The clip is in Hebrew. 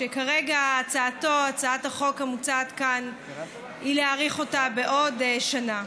שכרגע בהצעת החוק כאן מוצע להאריך אותה בעוד שנה.